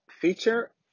feature